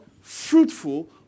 Fruitful